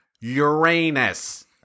Uranus